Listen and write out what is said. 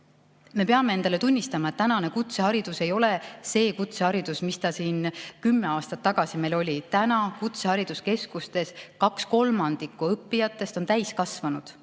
Me peame endale tunnistama, et tänane kutseharidus ei ole see kutseharidus, mis ta kümme aastat tagasi meil oli. Täna on kutsehariduskeskustes kaks kolmandikku õppijatest täiskasvanud.